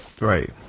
Right